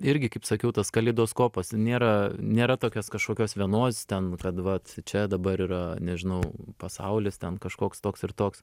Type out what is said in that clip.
irgi kaip sakiau tas kaleidoskopas nėra nėra tokios kažkokios vienos ten kad vat čia dabar yra nežinau pasaulis ten kažkoks toks ir toks